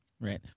Right